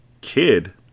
Kid